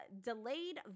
Delayed